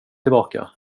tillbaka